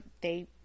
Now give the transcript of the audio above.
they-